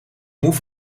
moe